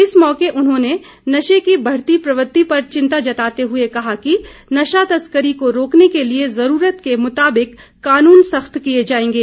इस मौके उन्होंने नशे की बढ़ती प्रवृति पर चिंता जताते हुए कहा है कि नशा तस्करी को रोकने के लिए ज़रूरत के मुताबिक कानून सख्त किए जाएंगे